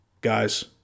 Guys